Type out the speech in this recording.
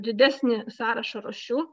didesnį sąrašą rūšių